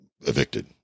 evicted